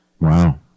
Wow